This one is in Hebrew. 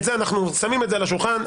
אנחנו שמים את זה על השולחן.